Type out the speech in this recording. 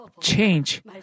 change